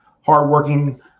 hardworking